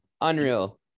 unreal